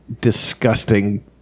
disgusting